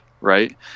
right